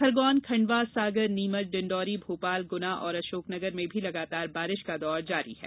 खरगोन खंडवा सागर नीमच डिण्डोरी भोपाल गुना अशोकनगर में भी लगातार बारिश का दौर जारी है